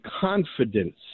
confidence